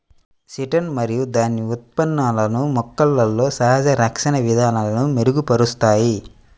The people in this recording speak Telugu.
చిటిన్ మరియు దాని ఉత్పన్నాలు మొక్కలలో సహజ రక్షణ విధానాలను మెరుగుపరుస్తాయి